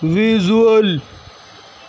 visual